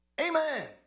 Amen